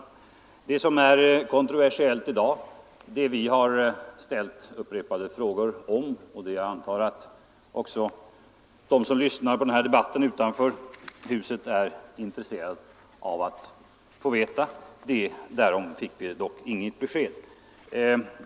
Om det som är kontroversiellt i dag, det vi har ställt upprepade frågor om — och det jag antar att också de som lyssnar på den här debatten utanför huset är intresserade av att få veta — fick vi inget besked.